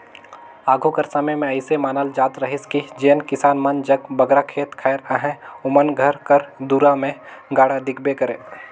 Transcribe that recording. आघु कर समे मे अइसे मानल जात रहिस कि जेन किसान मन जग बगरा खेत खाएर अहे ओमन घर कर दुरा मे गाड़ा दिखबे करे